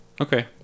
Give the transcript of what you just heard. Okay